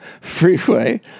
freeway